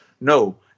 No